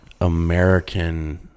American